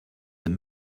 that